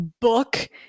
book